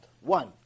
one